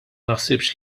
naħsibx